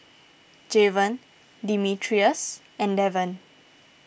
Javon Demetrius and Devan